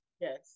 Yes